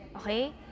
Okay